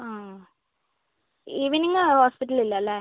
ആ ഇവനിങ്ങ് ഹോസ്പിറ്റലിൽ ഇല്ലാല്ലെ